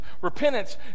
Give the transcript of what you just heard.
Repentance